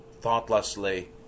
thoughtlessly